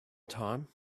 time